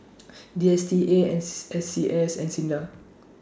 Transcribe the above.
D S T A N S C S and SINDA